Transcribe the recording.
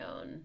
own